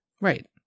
Right